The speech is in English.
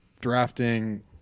drafting